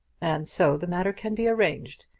and so the matter can be arranged.